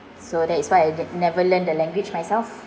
so that is why I never learned the language myself